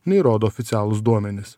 nei rodo oficialūs duomenys